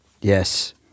Yes